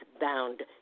bound